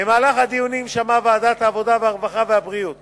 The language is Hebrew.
במהלך הדיונים שמעה ועדת העבודה, הרווחה והבריאות